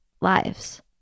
lives